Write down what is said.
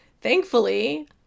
Thankfully